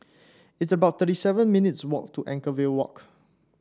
it's about thirty seven minutes walk to Anchorvale Walk